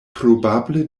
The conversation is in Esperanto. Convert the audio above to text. probable